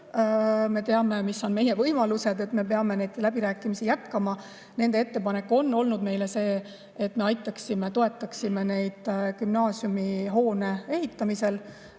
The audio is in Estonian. me teame, mis on meie võimalused. Me peame neid läbirääkimisi jätkama. Nende ettepanek on olnud see, et me aitaksime, toetaksime neid gümnaasiumihoone ehitamisel.